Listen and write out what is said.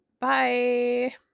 bye